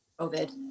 COVID